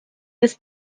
this